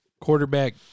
quarterback